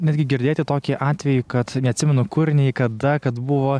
netgi girdėti tokį atvejį kad neatsimenu kur nei kada kad buvo